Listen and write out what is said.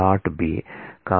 B